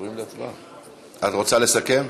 את רוצה לסכם?